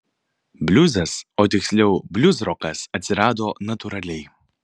bliuzas o tiksliau bliuzrokas atsirado natūraliai